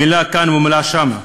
מילה כאן או מילה שם.